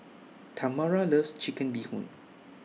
Tamara loves Chicken Bee Hoon